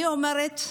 אני אומרת,